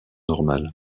normal